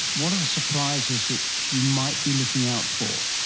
what are the surprises that you might be looking out for?